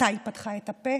מתי היא פתחה את הפה?